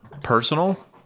personal